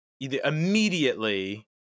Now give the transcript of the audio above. immediately